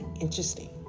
interesting